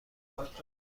دادیم